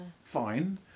Fine